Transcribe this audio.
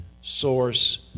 source